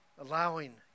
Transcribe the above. Allowing